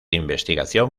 investigación